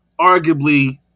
arguably